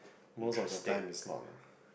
most of the time it's not lah